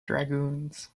dragoons